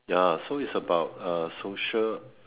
ya so it's about uh social